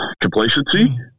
complacency